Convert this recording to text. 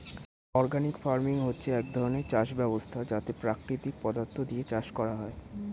organic farming হচ্ছে এক ধরণের চাষ ব্যবস্থা যাতে প্রাকৃতিক পদার্থ দিয়ে চাষ করা হয়